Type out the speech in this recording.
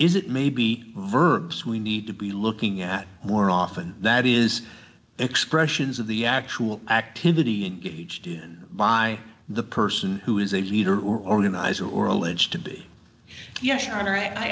is it may be verbs we need to be looking at more often that is expressions of the actual activity didn't by the person who is a leader organizer